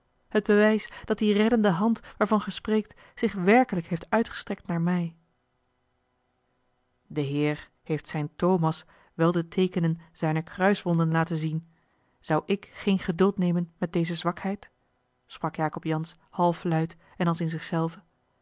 het bewijs dat die reddende hand waarvan gij spreekt zich werkelijk heeft uitgestrekt naar mij de heer heeft zijn thomas wel de teekenen zijner kruiswonden laten zien zou ik geen geduld nemen met deze zwakheid sprak jacob jansz halfluid en als in